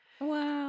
Wow